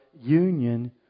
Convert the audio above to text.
union